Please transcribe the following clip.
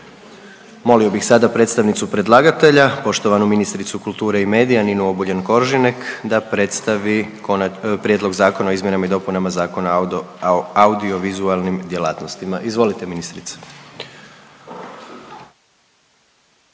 Molio bih sada predstavnicu predlagatelja poštovanu ministricu kulture i medija Ninu Obuljen Koržinek da predstavi Prijedlog zakona o izmjenama i dopunama Zakona o audiovizualnim djelatnostima, izvolite ministrice.